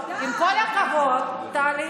טלי,